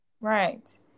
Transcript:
Right